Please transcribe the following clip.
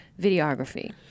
videography